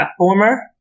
platformer